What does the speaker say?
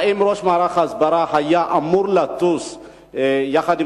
האם ראש מערך ההסברה היה אמור לטוס יחד עם